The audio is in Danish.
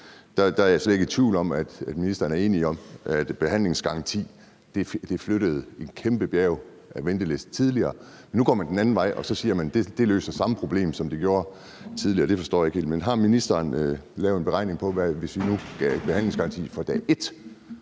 er jeg slet ikke i tvivl om, at ministeren er enig i, at behandlingsgarantien flyttede et kæmpe bjerg i forhold til ventelister tidligere. Nu går man den anden vej, og så siger man, at det løser samme problem som tidligere, og det forstår jeg ikke helt. Men har ministeren lavet en beregning af, hvad det ville betyde, hvis vi nu gav behandlingsgaranti fra dag et?